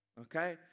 Okay